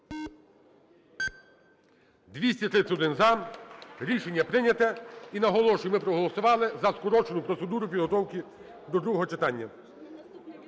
За-231 Рішення прийнято. І наголошую, ми проголосували за скорочену процедуру підготовки до другого читання.